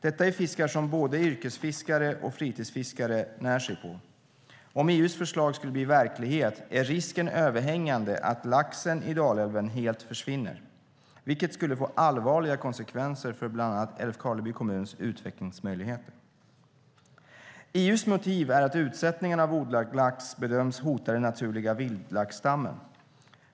Detta är fiskar som både yrkesfiskare och fritidsfiskare när sig på. Om EU:s förslag skulle bli verklighet är risken överhängande att laxen i Dalälven helt försvinner, vilket skulle få allvarliga konsekvenser för bland annat Älvkarleby kommuns utvecklingsmöjligheter. EU:s motiv är att utsättningen av odlad lax bedöms hota den naturliga vildlaxstammen.